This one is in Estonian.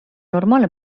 normaalne